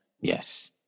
Yes